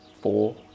four